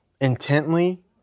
intently